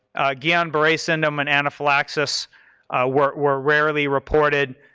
again, barre syndrome and anaphylaxis were were rarely reported,